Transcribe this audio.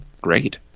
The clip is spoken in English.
great